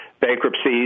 bankruptcies